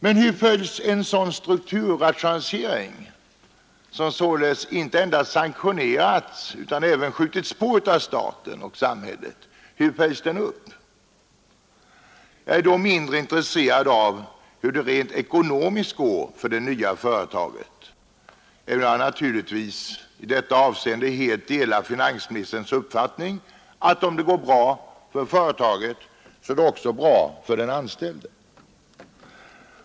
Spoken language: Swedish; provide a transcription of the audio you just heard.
Men hur följs en sådan strukturrationalisering upp? En strukturratio nalisering, som således inte endast sanktioneras utan även skjutits på av staten och samhället! Jag är mindre intresserad av hur det rent ekonomiskt går för det nya företaget, även om jag naturligtvis i det avseendet helt delar finansministerns uppfattning att om det går bra för företaget så är det också bra för den anställde.